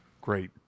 Great